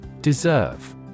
Deserve